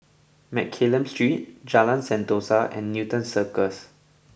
Mccallum Street Jalan Sentosa and Newton Cirus